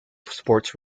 sports